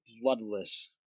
bloodless